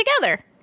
together